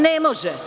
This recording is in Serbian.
Ne može.